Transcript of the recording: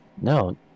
no